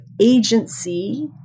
agency